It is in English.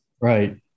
Right